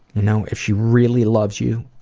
you know if she really loves you,